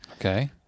Okay